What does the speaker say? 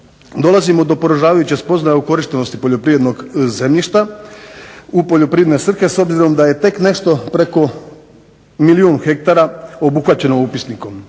dolazimo do poražavajuće spoznaje o korištenosti poljoprivrednog zemljišta u poljoprivredne svrhe, s obzirom da je tek nešto preko milijun hektara obuhvaćeno upisnikom.